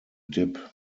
dip